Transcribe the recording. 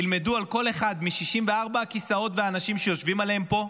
ילמדו על כל אחד מ-64 הכיסאות והאנשים שיושבים עליהם פה,